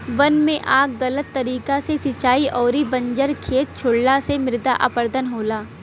वन में आग गलत तरीका से सिंचाई अउरी बंजर खेत छोड़ला से मृदा अपरदन होला